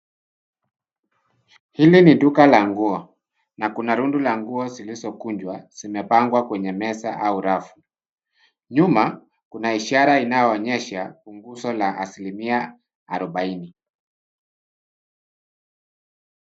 Hili ni duka la nguo na kuna rundo la nguo zilizokukunjwa zimepangwa kwenye meza au rafu. Nyuma kuna ishara inayoonyesha punguzo la asilimia arobaini.